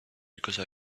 because